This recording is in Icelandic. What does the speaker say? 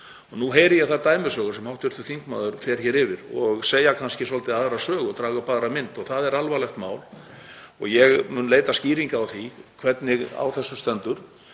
Nú heyri ég þær dæmisögur sem hv. þingmaður fer hér yfir sem segja kannski svolítið aðra sögu, draga upp aðra mynd og það er alvarlegt mál. Ég mun leita skýringa á því hvernig á þessu stendur.